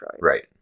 Right